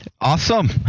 Awesome